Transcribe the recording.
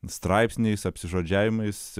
straipsniais apsižodžiavimais